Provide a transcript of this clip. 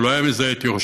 הוא לא היה מזהה את יורשיו